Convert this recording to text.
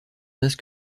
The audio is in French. menace